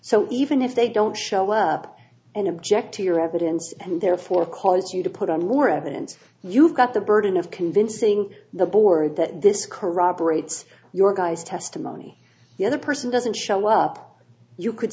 so even if they don't show up and object to your evidence and therefore cause you to put on more evidence you've got the burden of convincing the board that this corroborates your guy's testimony the other person doesn't show up you could